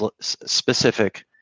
specific